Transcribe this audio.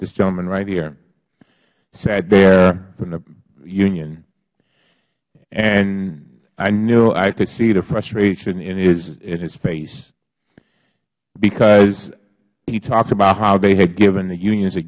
this gentleman right here sat there from the union and i knew i could see the frustration in his face because he talked about how they had given the unions